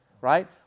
Right